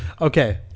Okay